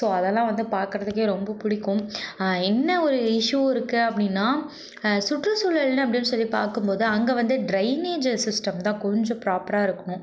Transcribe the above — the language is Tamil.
ஸோ அதெல்லாம் வந்து பார்க்கறதுக்கே ரொம்ப பிடிக்கும் என்ன ஒரு இஸ்யூ இருக்குது அப்படின்னா சுற்றுசூழல் அப்படின்னு சொல்லி பார்க்கும் போது அங்கே வந்து ட்ரைனேஜ் சிஸ்டம் தான் கொஞ்சம் ப்ராப்பராக இருக்கணும்